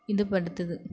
இது படுத்துது